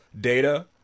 data